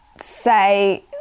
say